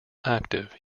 active